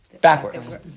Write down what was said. backwards